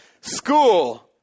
school